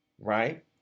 right